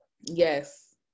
Yes